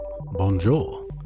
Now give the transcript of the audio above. Bonjour